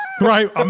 Right